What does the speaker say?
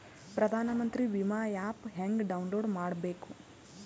ಪ್ರಧಾನಮಂತ್ರಿ ವಿಮಾ ಆ್ಯಪ್ ಹೆಂಗ ಡೌನ್ಲೋಡ್ ಮಾಡಬೇಕು?